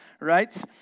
right